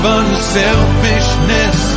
unselfishness